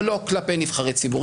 אבל לא כלפי נבחרי ציבור.